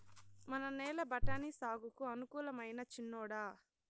మన నేల బఠాని సాగుకు అనుకూలమైనా చిన్నోడా